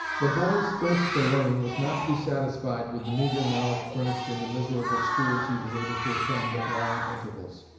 the boy's thirst for learning was not to be satisfied with the meagre knowledge furnished in the miserable schools he was able to attend at long intervals.